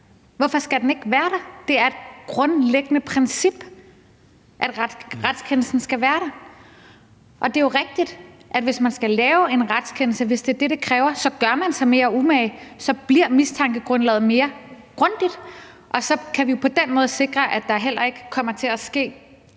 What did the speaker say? Hvorfor skal den ikke være der? Det er et grundlæggende princip, at retskendelsen skal være der. Og det er jo rigtigt, at hvis man skal lave en retskendelse – hvis det er det, det kræver – så gør man sig mere umage, så bliver mistankegrundlaget mere grundigt, og så kan vi på den måde sikre, at der heller ikke kommer til at ske